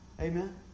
Amen